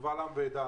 קבל עם ועדה,